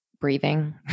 breathing